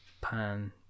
pan